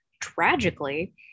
tragically